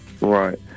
Right